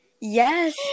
Yes